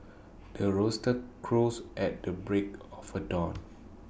the rooster crows at the break of dawn